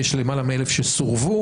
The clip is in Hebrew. יש למעלה מ-1,000 שסורבו,